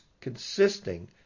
consisting